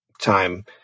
time